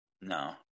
No